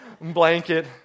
blanket